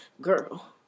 girl